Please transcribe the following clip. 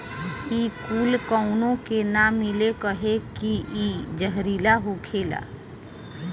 इ कूल काउनो के ना मिले कहे की इ जहरीला होखेला